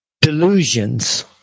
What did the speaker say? delusions